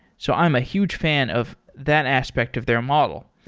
so i'm a huge fan of that aspect of their model.